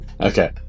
Okay